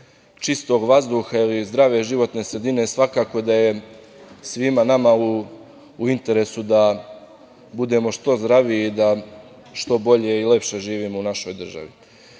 čistog vazduha ili zdrave životne sredine. Svakako da je svima nama u interesu da budemo što zdraviji i da što bolje i lepše živimo u našoj državi. Gospođo